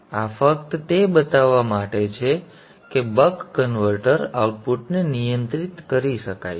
તેથી આ ફક્ત તે બતાવવા માટે છે કે બક કન્વર્ટર આઉટપુટને નિયંત્રિત કરી શકાય છે